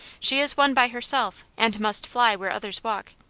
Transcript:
she is one by herself, and must fly where others walk.